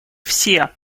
все